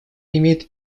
имеет